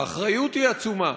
האחריות עצומה,